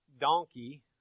donkey